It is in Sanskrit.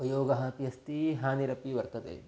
उपयोगः अपि अस्ति हानिरपि वर्तते